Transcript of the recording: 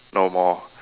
no more